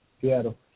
Seattle